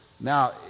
now